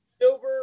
silver